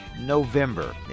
November